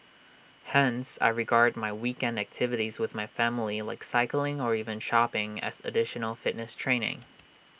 hence I regard my weekend activities with my family like cycling or even shopping as additional fitness training